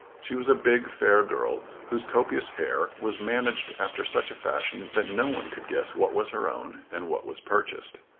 she was a big, fair girl whose copious hair was managed after such a fashion that no one could guess what was her own and what was purchased.